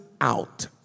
out